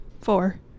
Four